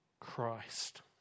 Christ